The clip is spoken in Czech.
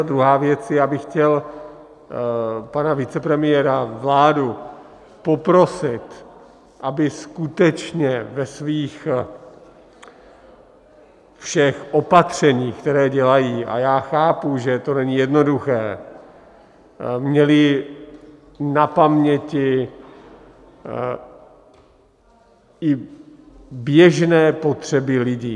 A druhá věc je, já bych chtěl pana vicepremiéra a vládu poprosit, aby skutečně ve svých všech opatřeních, která dělají, a já chápu, že to není jednoduché, měli na paměti i běžné potřeby lidí.